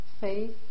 faith